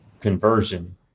conversion